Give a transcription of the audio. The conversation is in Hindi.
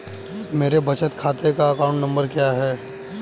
मेरे बचत खाते का अकाउंट नंबर क्या है?